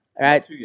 Right